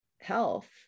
health